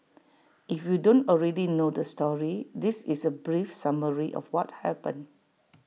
if you don't already know the story this is A brief summary of what happened